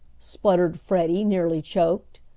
spluttered freddie, nearly choked,